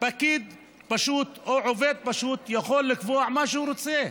פקיד פשוט או עובד פשוט יכול לקבוע מה שהוא רוצה.